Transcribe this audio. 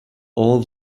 all